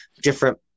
different